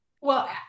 Well-